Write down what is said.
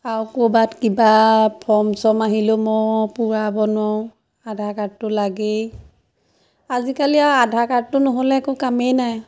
আৰু ক'ৰবাত কিবা ফৰ্ম চৰ্ম আহিলেও মই পূৰাব নোৰাওঁ আধাৰ কাৰ্ডটো লাগেই আজিকালি আৰু আধাৰ কাৰ্ডটো নহ'লে একো কামেই নাই